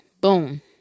boom